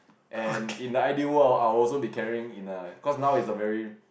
and in the I_D world I'll also be carrying in the cause now it is very